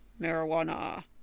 marijuana